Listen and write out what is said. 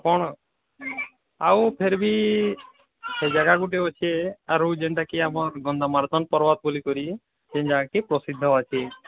କଣ ଆଉ ଫେର୍ ବି ସେ ଜାଗା ଗୁଟେ ଅଛି ଆରୁ ଯେନ୍ତା କି ଆମର୍ ଗନ୍ଧ ମାର୍ଦ୍ଦନ ପର୍ବତ ବୋଲିକରି ସେ ଜାଗାଟି ପ୍ରସିଦ୍ଧ ଅଛି